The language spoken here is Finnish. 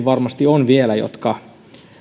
varmasti on vielä kokoomuskonservatiivejakin jotka